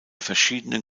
verschiedenen